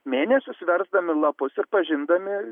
mėnesius versdami lapus ir pažindami